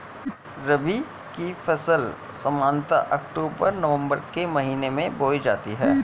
रबी की फ़सल सामान्यतः अक्तूबर नवम्बर के महीने में बोई जाती हैं